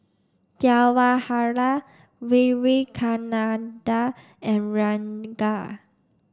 Jawaharlal Vivekananda and Ranga